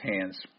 hands